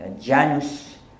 Janus